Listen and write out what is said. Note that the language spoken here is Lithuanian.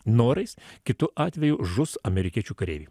norais kitu atveju žus amerikiečių kareiviai